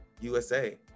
USA